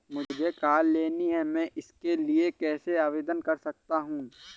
मुझे कार लेनी है मैं इसके लिए कैसे आवेदन कर सकता हूँ?